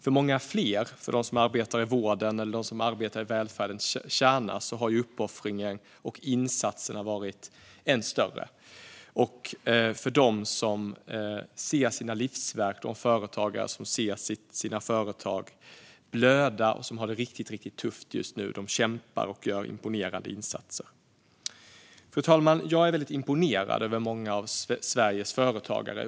För många fler, för dem som arbetar i vården eller i välfärdens kärna, har uppoffringen och insatserna varit än större. De företagare som ser sina företag, kanske sina livsverk, blöda och har det riktigt tufft just nu kämpar och gör imponerande insatser. Fru talman! Jag är väldigt imponerad över många av Sveriges företagare.